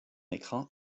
écran